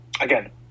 again